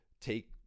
take